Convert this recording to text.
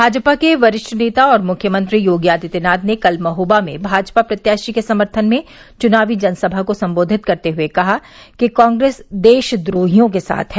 भाजपा के वरिष्ठ नेता और मुख्यमंत्री योगी आदित्यनाथ ने कल महोबा में भाजपा प्रत्याशी के समर्थन में चुनावी जनसभा को संबोधित करते हुए कहा कि कांग्रेस देश द्रोहियों के साथ है